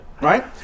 Right